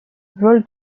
vol